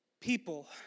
people